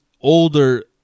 older